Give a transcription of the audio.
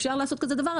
אפשר לעשות כזה דבר.